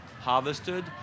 harvested